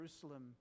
Jerusalem